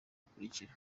bukurikira